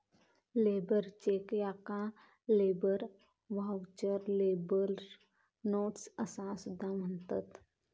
labour check याका labour voucher, labour notes असा सुद्धा म्हणतत